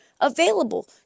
available